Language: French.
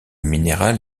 minéral